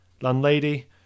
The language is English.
Landlady